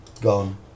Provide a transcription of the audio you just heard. Gone